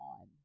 on